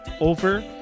over